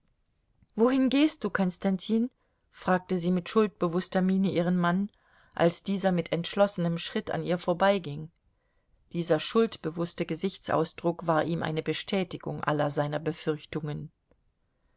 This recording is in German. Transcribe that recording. wohin gehst du konstantin fragte sie mit schuldbewußter miene ihren mann als dieser mit entschlossenem schritt an ihr vorbeiging dieser schuldbewußte gesichtsausdruck war ihm eine bestätigung aller seiner befürchtungen